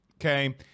okay